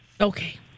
Okay